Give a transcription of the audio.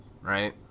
right